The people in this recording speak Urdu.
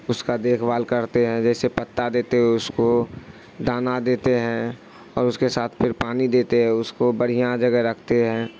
اس کا دیکھ بھال کرتے ہیں جیسے پتا دیتے ہوئے اس کو دانہ دیتے ہیں اور اس کے ساتھ پھر پانی دیتے ہیں اس کو بڑھیا جگہ رکھتے ہیں